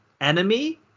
enemy